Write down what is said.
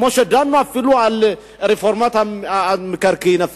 כמו שדנו על רפורמת המקרקעין,